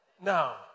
Now